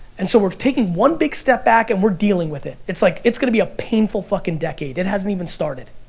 and so we're taking one big step back and we're dealing with it. it's like, it's gonna be a painful fucking decade, it hasn't even started.